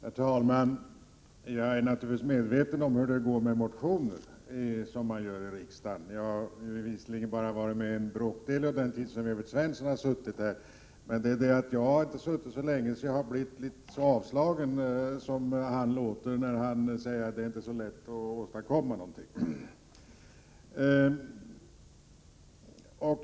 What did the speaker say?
Herr talman! Jag är naturligtvis medveten om hur det går med motioner som man väcker här i riksdagen. Jag har ju visserligen suttit i riksdagen bara en bråkdel av den tid som Evert Svensson har suttit här, men jag har inte suttit här så länge att jag har blivit så avslagen som han låter när han säger att det inte är så lätt att åstadkomma något.